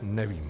Nevím.